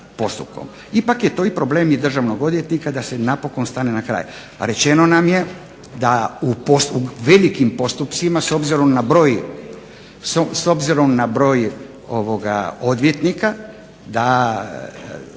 Ipak je to problem i državnog odvjetnika da se stane na kraj. Rečeno je da u velikim postupcima s obzirom na broj odvjetnika da